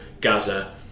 Gaza